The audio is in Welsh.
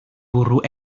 bwrw